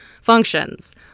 functions